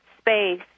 space